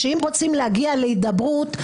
שאם רוצים להגיע להידברות,